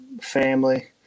family